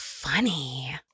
Funny